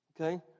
okay